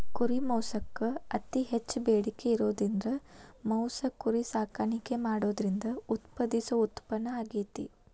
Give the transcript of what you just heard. ಕುರಿ ಮಾಂಸಕ್ಕ್ ಅತಿ ಹೆಚ್ಚ್ ಬೇಡಿಕೆ ಇರೋದ್ರಿಂದ ಮಾಂಸ ಕುರಿ ಸಾಕಾಣಿಕೆ ಮಾಡೋದ್ರಿಂದ ಉತ್ಪಾದಿಸೋ ಉತ್ಪನ್ನ ಆಗೇತಿ